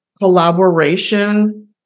collaboration